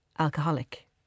alcoholic